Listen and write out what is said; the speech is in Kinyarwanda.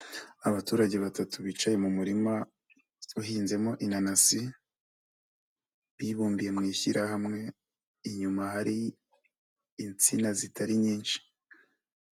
Abaturage batatu bicaye mu murima uhinzemo inanasi, bibumbiye mu ishyirahamwe inyuma hari insina zitari nyinshi.